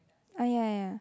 ah ya ya